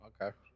okay